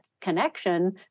connection